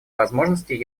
возможностей